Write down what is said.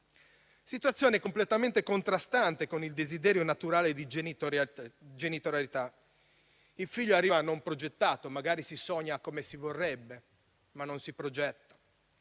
situazione è completamente contrastante con il desiderio naturale di genitorialità. Il figlio arriva non progettato; magari si sogna come lo si vorrebbe, ma non si progetta.